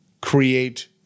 create